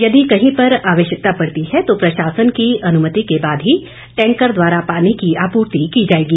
यदि कहीं पर आवश्यकता पड़ती है तो प्रशासन की अनुमति के बाद ही टैंकर द्वारा पानी की आपूर्ति की जाएगी